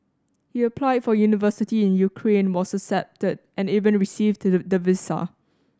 he applied for university in Ukraine was accepted and even received the visa